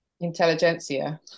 Intelligentsia